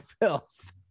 pills